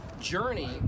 journey